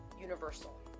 universal